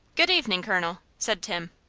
good-evening, colonel, said tim.